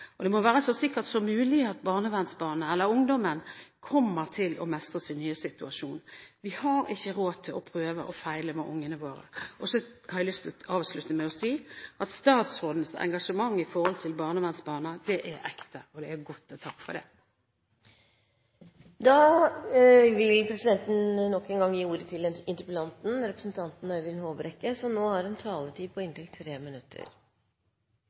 Det må være så sikkert som mulig at barnevernsbarnet eller ungdommen kommer til å mestre sin nye situasjon. Vi har ikke råd til å prøve og feile med ungene våre. Jeg har lyst til å avslutte med å si at statsrådens engasjement for barnevernsbarna er ekte, og det er godt – takk for det. Jeg takker for en veldig god og interessant debatt. Jeg vil bare nevne til representanten